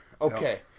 Okay